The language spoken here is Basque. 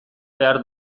behar